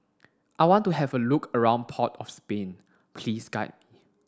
I want to have a look around Port of Spain Please guide me